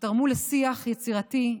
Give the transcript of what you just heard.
שתרם לשיח יצירתי,